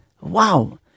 Wow